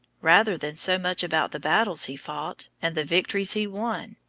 rather than so much about the battles he fought, and the victories he won,